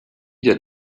had